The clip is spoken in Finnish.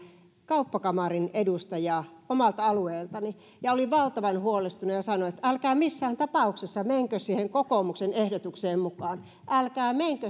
kauppakamarin edustaja omalta alueeltani ja hän oli valtavan huolestunut ja sanoi että älkää missään tapauksessa menkö siihen kokoomuksen ehdotukseen mukaan älkää menkö